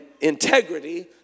integrity